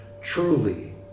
truly